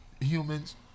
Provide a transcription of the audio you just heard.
humans